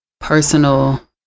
personal